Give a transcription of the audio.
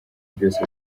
byose